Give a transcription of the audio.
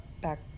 Back